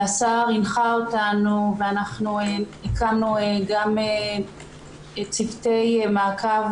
השר הנחה אותנו ואנחנו הקמנו גם צוותי מעקב